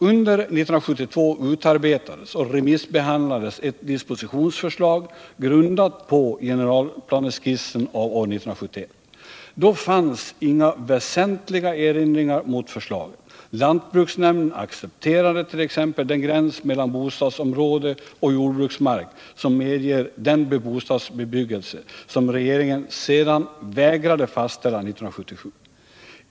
Under 1972 utarbetades och remissbehandlades ett dispositionsförslag grundat på generalplaneskissen av år 1971. Då fanns inga väsentliga erinringar mot förslaget. Lantbruksnämnden accepterade t.ex. den gräns mellan bostadsområde och jordbruksmark som medger den bostadsbebyggelse som regeringen sedan vägrade fastställa 1977.